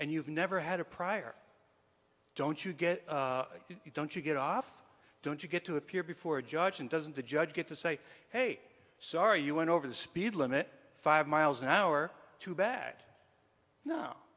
and you've never had a prior don't you get you don't you get off don't you get to appear before a judge and doesn't the judge get to say hey sorry you went over the speed limit five miles an hour too bad no